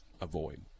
avoid